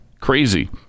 crazy